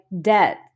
debt